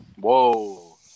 Whoa